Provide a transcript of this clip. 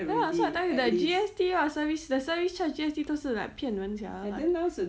ya so I tell you the G_S_T ah the service the service charge G_S_T 都是 like 骗人 sia like